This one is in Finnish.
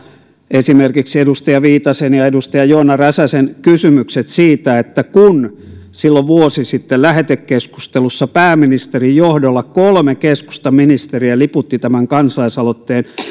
esimerkiksi edustaja viitasen ja edustaja joona räsäsen kysymykset siitä kun silloin vuosi sitten lähetekeskustelussa pääministerin johdolla kolme keskustaministeriä liputti tämän kansalaisaloitteen